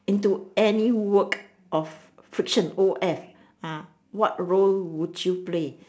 into any work of fiction O F what role would you play